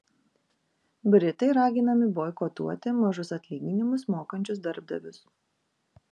britai raginami boikotuoti mažus atlyginimus mokančius darbdavius